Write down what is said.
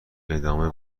ادامه